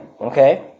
Okay